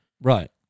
Right